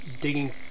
digging